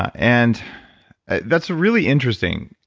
and that's really interesting.